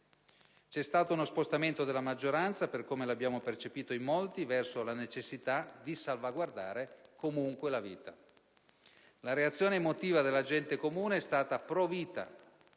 C'è stato uno spostamento della maggioranza, per come l'abbiamo percepito in molti, verso la necessità di salvaguardare comunque la vita. La reazione emotiva della gente comune è stata *pro* *vita*,